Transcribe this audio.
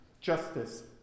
Justice